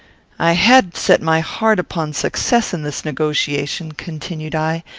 i had set my heart upon success in this negotiation, continued i,